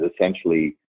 essentially